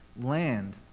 land